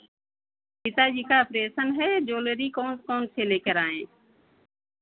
पिताजी का ऑपरेशन है ज़्वेलेरी कौन कौन से ले कर आयें